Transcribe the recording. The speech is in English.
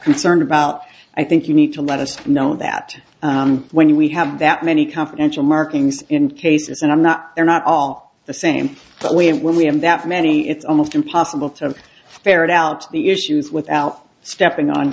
concerned about i think you need to let us know that when we have that many confidential markings in cases and i'm not they're not all the same but we when we have that many it's almost impossible to ferret out the issues without stepping on